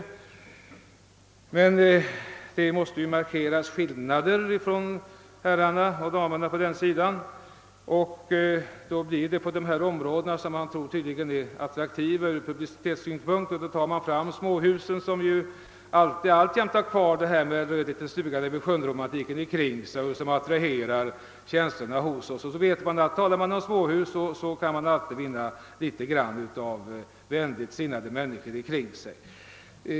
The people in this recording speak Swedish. Herrarna och damerna på den sidan måste emellertid markera någon skillnad, och då blir det på dessa områden, som man tydligen tror är attraktiva ur publicitetssynpunkt. Alltså tar man fram småhusen som ju alltjämt har kvar »en röd liten stuga nere vid sjön»- romantiken och som attraherar våra känslor. Talar man om småhus så vet man att man alltid kan vinna litet vänlighet hos människor omkring sig.